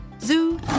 Zoo